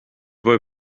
wohl